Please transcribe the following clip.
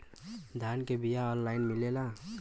धान के बिया ऑनलाइन मिलेला?